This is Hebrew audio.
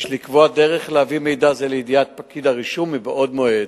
יש לקבוע דרך להביא מידע זה לידיעת פקיד הרישום בעוד מועד.